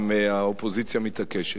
אם האופוזיציה מתעקשת.